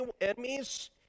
enemies